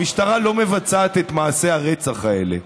המשטרה לא מבצעת את מעשי הרצח האלה.